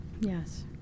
Yes